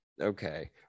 okay